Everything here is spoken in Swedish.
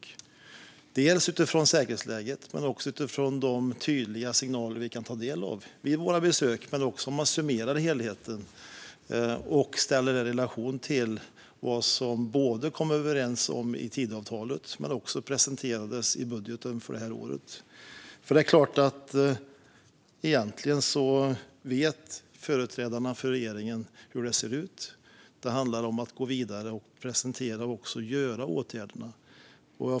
Det gäller dels utifrån säkerhetsläget, dels utifrån de tydliga signaler vi kan ta del av vid våra besök och när vi summerar helheten. Det ska ställas i relation till vad som har överenskommits i Tidöavtalet och presenterats i budgeten för det här året. Egentligen vet företrädarna för regeringen hur det ser ut. Det handlar om att gå vidare och presentera och vidta åtgärderna.